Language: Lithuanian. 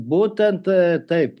būtent taip